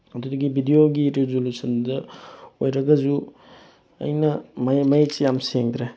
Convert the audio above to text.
ꯑꯗꯨꯗꯒꯤ ꯕꯤꯗꯤꯑꯣꯒꯤ ꯔꯤꯖꯣꯂꯨꯁꯟꯗ ꯑꯣꯏꯔꯒꯁꯨ ꯑꯩꯅ ꯃꯌꯦꯛ ꯌꯥꯝ ꯁꯦꯡꯗ꯭ꯔꯦ